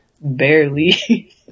Barely